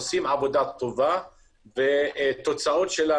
עושים עבודה טובה ותוצאות שלה,